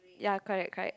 ya correct correct